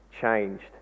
changed